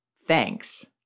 Thanks